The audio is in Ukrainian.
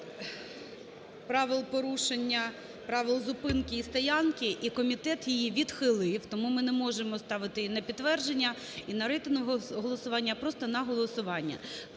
правил порушення, правил зупинки і стоянки, і комітет її відхилив. Тому не можемо ставити її на підтвердження і на рейтингове голосування, а просто на голосування.